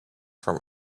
from